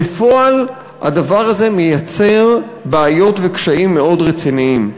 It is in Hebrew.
בפועל הדבר הזה מייצר בעיות וקשיים מאוד רציניים.